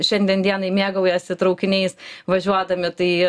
šiandien dienai mėgaujasi traukiniais važiuodami tai